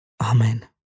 Amen